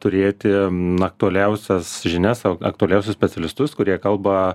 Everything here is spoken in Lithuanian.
turėti aktualiausias žinias aktualiausius specialistus kurie kalba